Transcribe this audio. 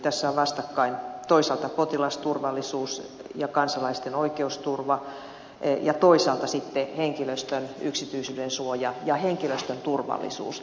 tässä ovat vastakkain toisaalta potilasturvallisuus ja kansalaisten oikeusturva ja toisaalta sitten henkilöstön yksityisyyden suoja ja henkilöstön turvallisuus